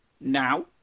now